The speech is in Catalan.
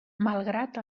malgrat